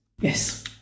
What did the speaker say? Yes